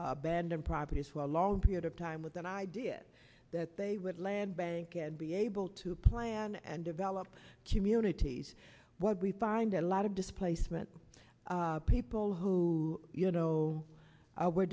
abandoned properties for a long period of time with the idea that they would land bank and be able to plan and develop communities what we find that out of displacement people who you know were